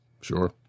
Sure